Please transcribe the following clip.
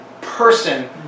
person